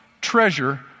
treasure